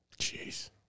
Jeez